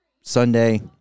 Sunday